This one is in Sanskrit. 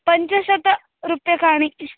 पञ्चशतरूप्यकाणि